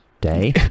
day